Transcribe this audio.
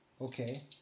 okay